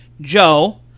Joe